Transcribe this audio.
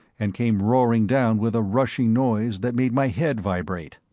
and came roaring down with a rushing noise that made my head vibrate.